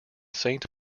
saint